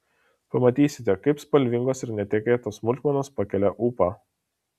pamatysite kaip spalvingos ir netikėtos smulkmenos pakelia ūpą